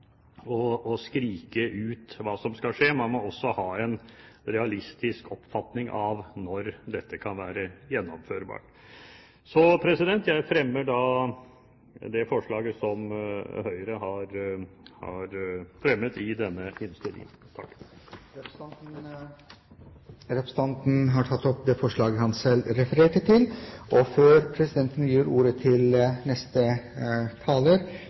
skrike ut hva som skal skje, man må også ha en realistisk oppfatning av når dette kan være gjennomførbart. Jeg fremmer da Høyre og Kristelig Folkepartis forslag i denne innstillingen. Representanten Svein Flåtten har tatt opp det forslaget han refererte til.